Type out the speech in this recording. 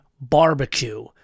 Barbecue